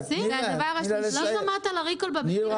לא שמעת על הריקול בביצים?